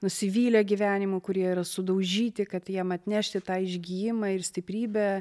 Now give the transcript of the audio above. nusivylę gyvenimu kurie yra sudaužyti kad jiem atnešti tą išgijimą ir stiprybę